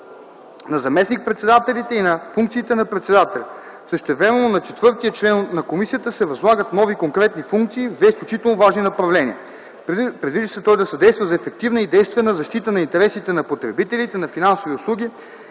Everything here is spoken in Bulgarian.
на заместник-председателите и на функциите на председателя. Същевременно на четвъртия член на комисията се възлагат нови конкретни функции в две изключително важни направления. Предвижда се той да съдейства за ефективна и действена защита на интересите на потребителите на финансови услуги